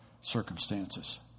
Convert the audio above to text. circumstances